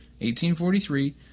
1843